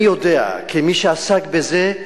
אני יודע, כמי שעסק בזה,